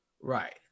Right